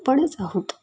आपणच आहोत